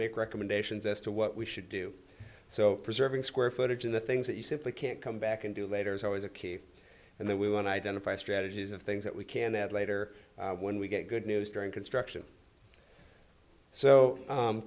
make recommendations as to what we should do so preserving square footage of the things that you simply can't come back and do later is always a key and that we want to identify strategies of things that we can add later when we get good news during construction so